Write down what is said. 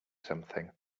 something